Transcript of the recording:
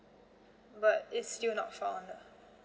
but it's still not found ah